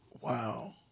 Wow